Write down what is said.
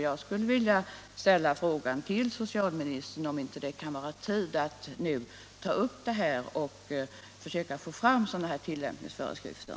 Jag skulle vilja fråga socialministern, om det inte nu är tid att ta upp det här problemet och försöka få fram tillämpningsföreskrifter.